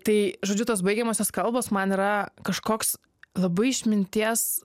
tai žodžiu tos baigiamosios kalbos man yra kažkoks labai išminties